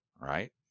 right